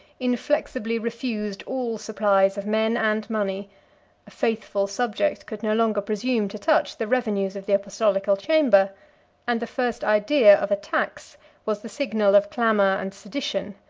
inflexibly refused all supplies of men and money a faithful subject could no longer presume to touch the revenues of the apostolical chamber and the first idea of a tax was the signal of clamor and sedition.